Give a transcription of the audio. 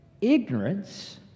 ignorance